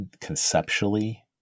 Conceptually